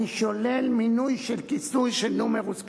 אני שולל מינוי של כיסא, של נומרוס קלאוזוס."